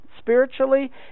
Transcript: Spiritually